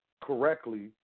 correctly